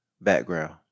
background